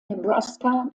nebraska